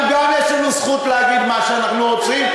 אנחנו, גם יש לנו זכות להגיד מה שאנחנו רוצים.